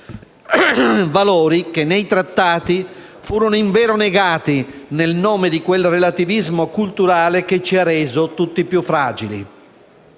valori che nei Trattati furono invero negati, nel nome di quel relativismo culturale che ci ha reso tutti più fragili.